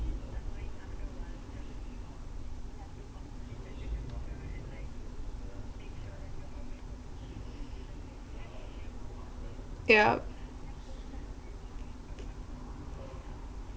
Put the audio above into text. yup